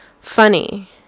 funny